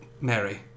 Mary